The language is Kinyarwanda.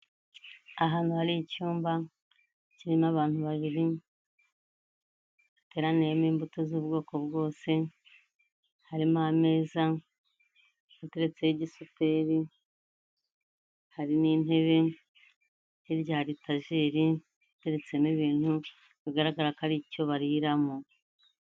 Ahantu hari icyumba kirimo abantu babiri, hateraniyemo imbuto z'ubwoko bwose, harimo ameza ateretseho igisuperi, hari n'intebe, hirya hari tajeri iteretsemo ibintu, bigaragara ko ari icyo bariramo.